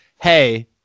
hey